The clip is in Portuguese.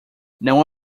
não